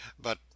but—